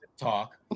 talk